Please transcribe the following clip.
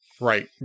Right